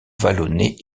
vallonnée